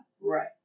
Right